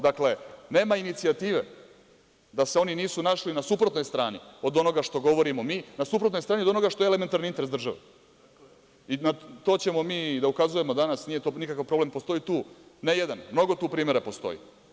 Dakle, nema inicijative da se oni nisu našli na suprotnoj strani, od onoga što govorimo mi, na suprotnoj strani od onoga što je elementarni interes države i na to ćemo mi da ukazujemo danas, nije to problem, ne jedan, mnogo tu primera postoji.